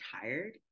tired